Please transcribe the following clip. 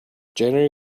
january